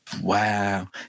wow